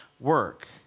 work